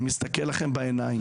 אני מסתכל לכם בעיניים,